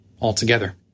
altogether